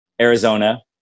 Arizona